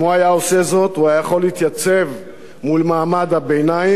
אם הוא היה עושה זאת הוא היה יכול להתייצב מול מעמד הביניים